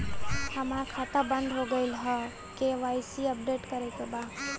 हमार खाता बंद हो गईल ह के.वाइ.सी अपडेट करे के बा?